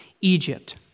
Egypt